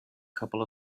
couple